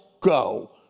go